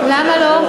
למה לא?